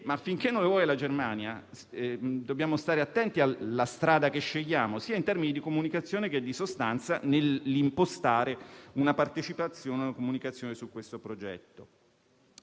Ma, finché non le vuole la Germania, dobbiamo stare attenti alla strada che scegliamo - in termini sia di comunicazione che di sostanza - nell'impostare una partecipazione e una comunicazione su questo progetto.